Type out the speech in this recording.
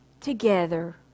together